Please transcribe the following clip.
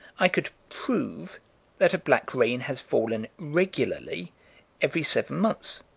i could prove that a black rain has fallen regularly every seven months,